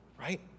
right